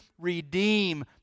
redeem